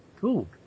cool